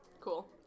Cool